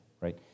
right